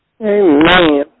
Amen